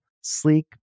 sleek